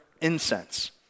incense